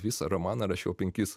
visą romaną rašiau penkis